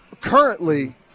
currently